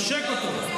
עושק אותו,